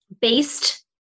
based